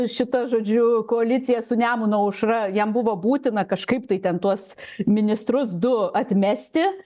šita žodžiu koalicija su nemuno aušra jam buvo būtina kažkaip tai ten tuos ministrus du atmesti